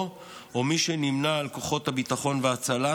או מי שנמנה עם כוחות הביטחון וההצלה,